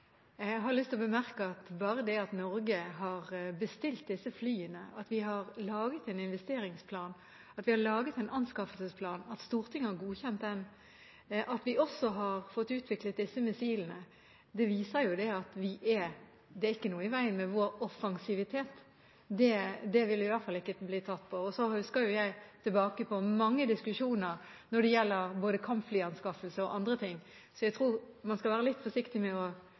godkjent den, og at vi også har fått utviklet disse missilene, viser jo at det ikke er noe i veien med vår offensivitet. Det vil vi i hvert fall ikke bli tatt på. Så husker jeg tilbake på mange diskusjoner når det gjelder både kampflyanskaffelse og andre ting, så jeg tror man skal være litt forsiktig med å